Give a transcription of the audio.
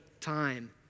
time